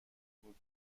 بود